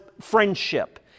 friendship